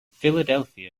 philadelphia